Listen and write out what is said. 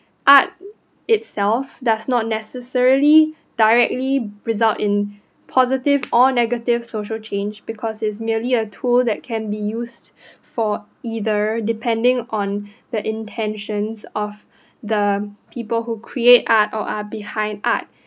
art itself does not necessarily directly result in positive or negative social change because it's merely a tool that can be used for either depending on the intentions of the people who create art or are behind art